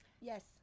Yes